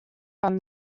from